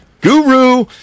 Guru